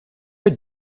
had